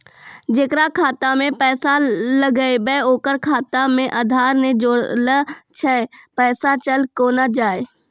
जेकरा खाता मैं पैसा लगेबे ओकर खाता मे आधार ने जोड़लऽ छै पैसा चल कोना जाए?